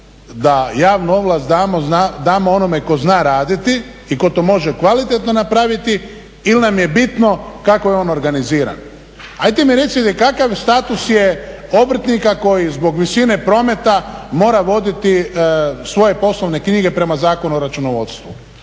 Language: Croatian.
da javnu ovlast damo onome tko zna raditi i tko to može kvalitetno napraviti ili nam je bitno kako je on organiziran? Ajde mi recite kakav status je obrtnika koji zbog visine prometa mora voditi svoje poslovne knjige prema Zakonu o računovodstvu?